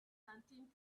canteen